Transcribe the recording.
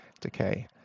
decay